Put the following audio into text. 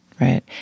Right